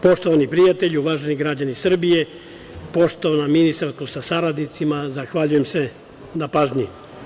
Poštovani prijatelji, uvaženi građani Srbije, poštovana ministarko sa saradnicima, zahvaljujem se na pažnji.